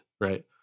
right